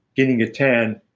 getting a tan.